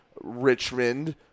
Richmond